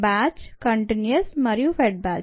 batch continues మరియు fed batch